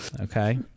okay